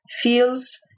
feels